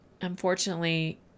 unfortunately